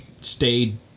stayed